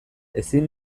ezin